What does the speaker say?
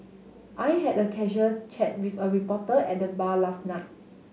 I had a casual chat with a reporter at the bar last night